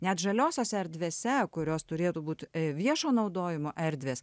net žaliosiose erdvėse kurios turėtų būti viešo naudojimo erdvės